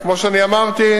כמו שאני אמרתי,